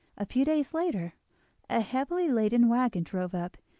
a few days later a heavily laden waggon drove up,